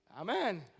amen